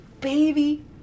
baby